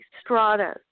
strata